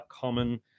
common